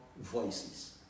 voices